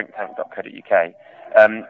drinktank.co.uk